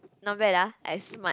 not bad ah I smart